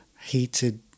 heated